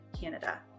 Canada